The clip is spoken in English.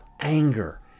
anger